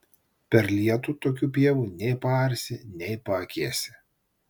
per lietų tokių pievų nei paarsi nei paakėsi